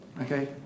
Okay